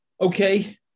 Okay